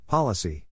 Policy